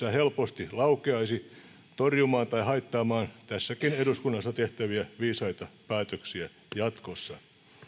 käytännössä helposti laukeaisi torjumaan tai haittaamaan tässäkin eduskunnassa tehtäviä viisaita päätöksiä jatkossa